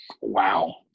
Wow